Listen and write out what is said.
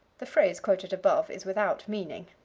the phrase quoted above is without meaning.